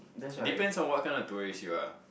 depend on what kind of duress you are